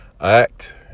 act